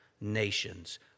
nations